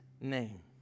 name